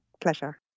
Pleasure